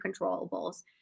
controllables